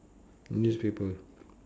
newspaper